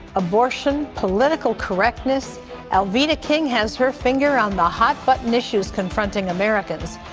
abortion, political correctness alveda king has her fingers on the hot button issues confronting americans.